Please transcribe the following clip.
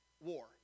war